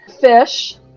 fish